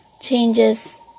changes